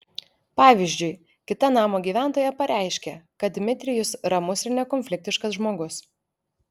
pavyzdžiui kita namo gyventoja pareiškė kad dmitrijus ramus ir nekonfliktiškas žmogus